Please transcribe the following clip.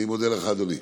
אני מודה לך, אדוני.